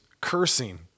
cursing